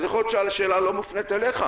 אז יכול להיות שהשאלה לא מופנית אליך.